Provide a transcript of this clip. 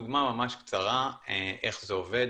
דוגמה ממש קצרה איך זה עובד.